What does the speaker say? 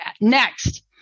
next